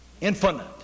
Infinite